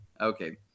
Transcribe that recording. Okay